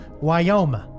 Wyoming